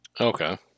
Okay